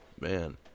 Man